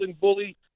bully